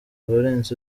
valens